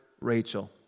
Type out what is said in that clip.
Rachel